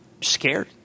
scared